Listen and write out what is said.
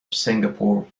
singapore